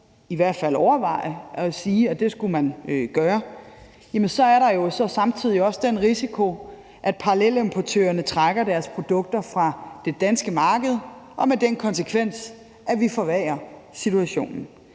i hvert fald overveje at sige at man skulle gøre, så er der jo samtidig den risiko, at parallelimportørerne trækker deres produkter fra det danske marked med den konsekvens, at vi forværrer situationen.